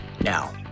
now